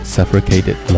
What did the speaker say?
Suffocated